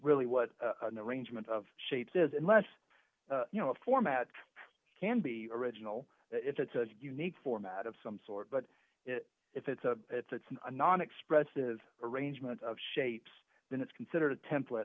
really what an arrangement of shapes is unless you know a format can be original if it's a unique format of some sort but if it's a it's a non expressive arrangement of shapes then it's considered a template